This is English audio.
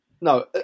No